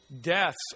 deaths